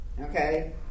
Okay